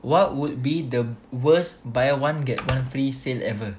what would be the worst buy one get one free sale ever